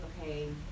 okay